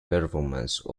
performance